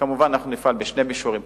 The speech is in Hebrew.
כמובן, אנחנו נפעל בשני מישורים.